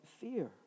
fear